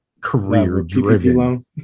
career-driven